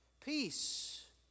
Peace